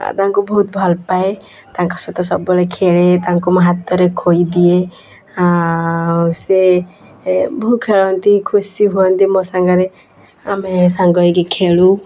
ଆଉ ତାଙ୍କୁ ବହୁତ ଭଲପାଏ ତାଙ୍କ ସହିତ ମୁଁ ସବୁବେଳେ ଖେଳେ ତାଙ୍କୁ ମୁଁ ହାତରେ ଖୋଇଦିଏ ଆଉ ସିଏ ଏ ବହୁ ଖେଳନ୍ତି ଖୁସି ହୁଅନ୍ତି ମୋ ସାଙ୍ଗରେ ଆମେ ସାଙ୍ଗ ହୋଇକି ଖେଳୁ